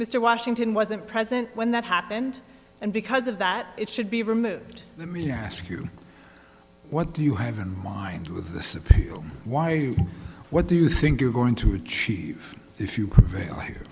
mr washington wasn't present when that happened and because of that it should be removed let me ask you what do you have in mind with the subpoena why what do you think you're going to achieve if you